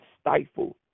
stifle